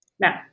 Now